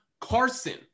Carson